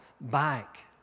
back